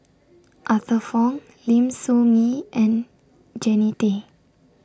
Arthur Fong Lim Soo Ngee and Jannie Tay